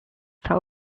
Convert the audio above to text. tell